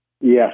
Yes